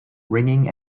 ringing